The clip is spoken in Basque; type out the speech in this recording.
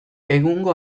egungo